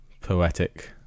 poetic